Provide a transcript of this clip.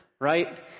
Right